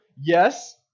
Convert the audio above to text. Yes